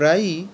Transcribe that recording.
প্রায়ই